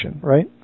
right